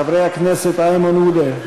חברי הכנסת איימן עודה,